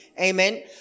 Amen